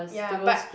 ya but